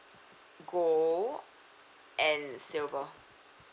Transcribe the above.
gold and silver